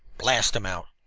blast them out.